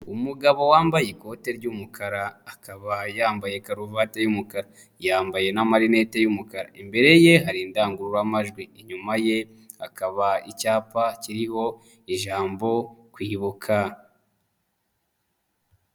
Umugabo wambaye ikote ry'umukara, akaba yambaye karuvate y'umukara, yambaye n'amarinete y'umukara. Imbere ye hari indangururajwi, inyuma ye hakaba icyapa kiriho ijambo kwibuka.